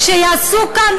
שיעשו כאן,